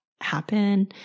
happen